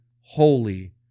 holy